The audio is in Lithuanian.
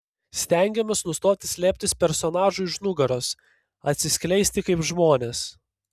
stengiamės nustoti slėptis personažui už nugaros atsiskleisti kaip žmonės